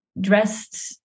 dressed